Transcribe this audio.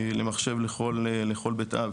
למחשב לכל בית אב,